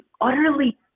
utterly